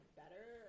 better